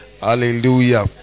hallelujah